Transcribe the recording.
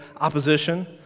opposition